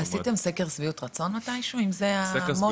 עשיתם סקר שביעות רצון מתישהו אם זה המוטו?